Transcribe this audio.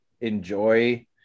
enjoy